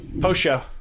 Post-show